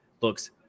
looks